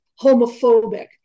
homophobic